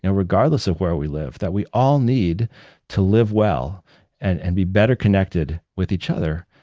and regardless of where we live, that we all need to live well and and be better connected with each other,